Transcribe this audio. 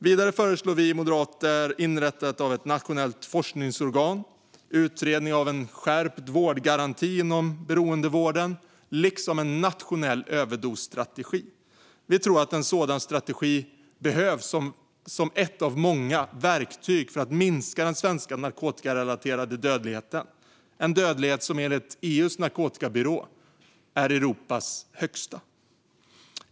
Vidare föreslår vi moderater inrättandet av ett nationellt forskningsorgan, utredning av en skärpt vårdgaranti inom beroendevården liksom en nationell överdosstrategi. Vi tror att en sådan strategi behövs som ett av många verktyg för att minska den svenska narkotikarelaterade dödligheten. Det är en dödlighet som enligt EU:s narkotikabyrå är Europas högsta.